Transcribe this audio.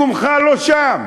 מקומך לא שם,